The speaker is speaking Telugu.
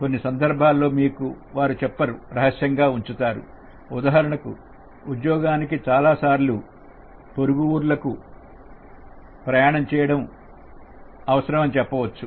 కొన్ని సందర్భాలలో వారు మీకు చెప్పరు రహస్యంగా ఉంచుతారు ఉదాహరణకు ఉద్యోగానికి చాలాసార్లు పురుగు ఊర్లకు ప్రయాణం చేయడం అని చెప్పవచ్చు